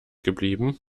geblieben